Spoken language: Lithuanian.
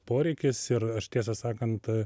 poreikis ir aš tiesą sakant